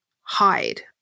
hide